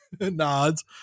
nods